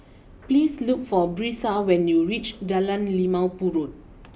please look for Brisa when you reach Jalan Limau Purut